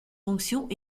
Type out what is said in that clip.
fonctions